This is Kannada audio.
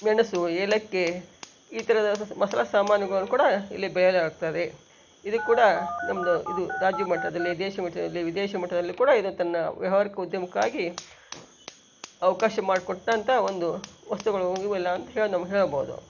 ಮೆಣಸು ಏಲಕ್ಕಿ ಈ ಥರದ ಮಸಾಲೆ ಸಾಮಾನುಗಳ್ನ ಕೂಡ ಇಲ್ಲಿ ಬೆಳೆಯಲಾಗ್ತದೆ ಇದೂ ಕೂಡ ನಮ್ಮದು ಇದು ರಾಜ್ಯ ಮಟ್ಟದಲ್ಲಿ ದೇಶ ಮಟ್ಟದಲ್ಲಿ ವಿದೇಶ ಮಟ್ಟದಲ್ಲಿ ಕೂಡ ಇದು ತನ್ನ ವ್ಯವಹಾರಿಕ ಉದ್ಯಮಕ್ಕಾಗಿ ಅವಕಾಶ ಮಾಡಿಕೊಟ್ಟಂಥ ಒಂದು ವಸ್ತುಗಳು ಇವು ಎಲ್ಲ ಅಂತ ಹೇಳಿ ನಮ್ಮ ಹೇಳಬಹುದು